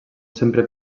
sempre